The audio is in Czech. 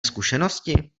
zkušenosti